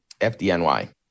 FDNY